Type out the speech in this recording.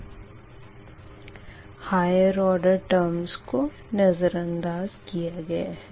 और higher order terms को नज़रअंदाज़ किया है